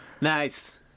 Nice